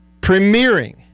Premiering